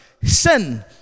sin